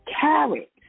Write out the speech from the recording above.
Carrots